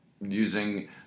using